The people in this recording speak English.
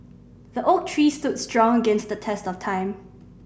the oak tree stood strong against the test of time